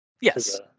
Yes